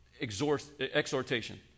exhortation